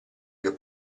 che